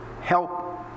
help